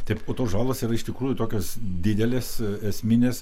taip o tos žalos yra iš tikrųjų tokios didelės esminės